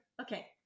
Okay